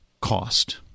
cost